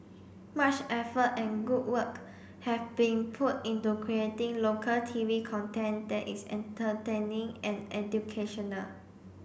much effort and good work have been put into creating local T V content that is entertaining and educational